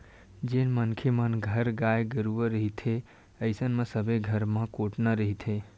जेन मनखे मन घर गाय गरुवा रहिथे अइसन म सबे घर म कोटना रहिथे